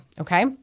Okay